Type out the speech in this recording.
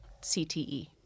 CTE